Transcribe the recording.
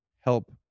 help